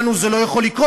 לנו זה לא יכול להיות",